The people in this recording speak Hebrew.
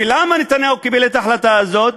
ולמה נתניהו קיבל את ההחלטה הזאת?